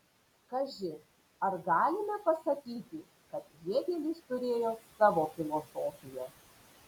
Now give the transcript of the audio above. kaži ar galime pasakyti kad hėgelis turėjo savo filosofiją